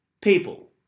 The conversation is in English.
people